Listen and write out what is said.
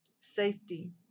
Safety